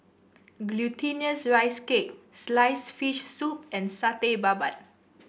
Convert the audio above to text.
Glutinous Rice Cake sliced fish soup and Satay Babat